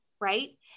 Right